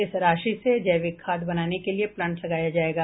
इस राशि से जैविक खाद बनाने के लिए प्लांट लगाया जायेगा